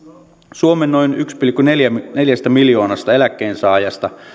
suomen noin yhdestä pilkku neljästä miljoonasta eläkkeensaajasta